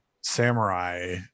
samurai